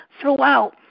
throughout